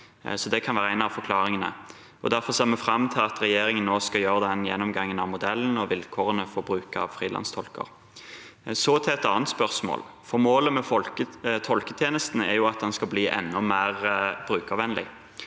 Det kan være en av forklaringene. Derfor ser vi fram til at regjeringen skal gjøre den gjennomgangen av modellen og vilkårene for bruk av frilanstolker. Så til et annet spørsmål: Målet med tolketjenesten er jo at den skal bli enda mer brukervennlig.